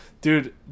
dude